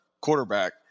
quarterback